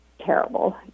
terrible